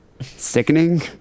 sickening